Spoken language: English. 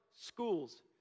schools